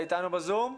אתה איתנו בזום?